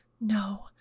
no